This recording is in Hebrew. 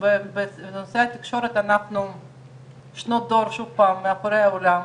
יצא משרד ה תחבורה עם עבודות יותר ממוקדות,